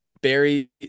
Barry